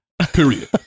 period